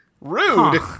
Rude